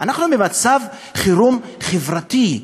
אנחנו במצב חירום חברתי,